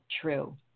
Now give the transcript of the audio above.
true